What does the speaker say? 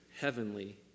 heavenly